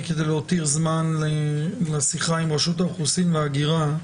כדי להותיר זמן לשיחה עם רשות האוכלוסין וההגירה,